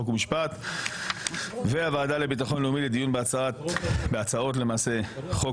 חוק ומשפט והוועדה לביטחון לאומי לדיון בהצעות חוק